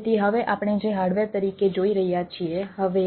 તેથી હવે આપણે જે હાર્ડવેર તરીકે જોઈ રહ્યા છીએ હવે